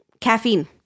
caffeine